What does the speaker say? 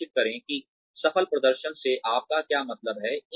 सुनिश्चित करें कि सफल प्रदर्शन से आपका क्या मतलब है